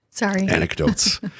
anecdotes